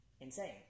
insane